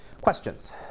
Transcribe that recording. Questions